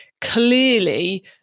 clearly